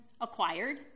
acquired